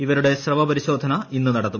ഇവരുടെ സ്രവപരിശോധന ഇന്ന് നടത്തും